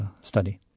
study